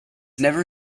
never